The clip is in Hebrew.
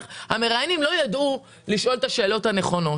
המראיינים לא ידעו לשאול את השאלות הנכונות.